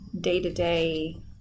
day-to-day